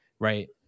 right